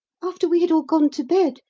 after we had all gone to bed,